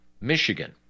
Michigan